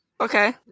Okay